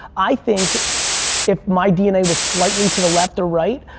i think if my dna was slightly to the left or right,